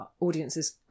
audiences